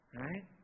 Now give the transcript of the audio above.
right